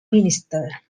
minister